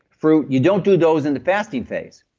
fruit. you don't do those in the fasting phase,